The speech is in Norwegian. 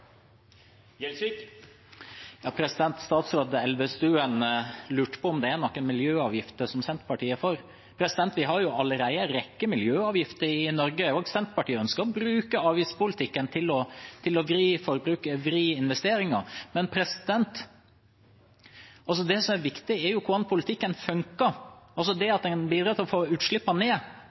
Gjelsvik har hatt ordet to ganger tidligere og får ordet til en kort merknad, begrenset til 1 minutt. Statsråd Elvestuen lurte på om det er noen miljøavgifter Senterpartiet er for. Vi har jo allerede en rekke miljøavgifter i Norge, og også Senterpartiet ønsker å bruke avgiftspolitikken til å vri forbruket, vri investeringer, men det som er viktig, er hvordan politikken funker: at en bidrar til å få utslippene ned